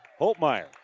Holtmeyer